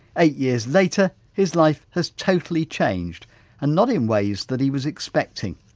eight years later his life has totally changed and not in ways that he was expecting.